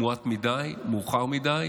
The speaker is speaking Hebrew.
מועט מדי, מאוחר מדי,